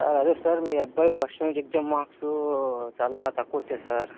sir అదే sir మీ అబ్బయ్ ఫస్ట్ యూనిట్ ఎగ్జామ్ మర్క్స్ చాలా తక్కువచ్చాయి సార్